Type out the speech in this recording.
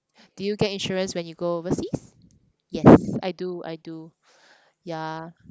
do you get insurance when you go overseas yes I do I do yeah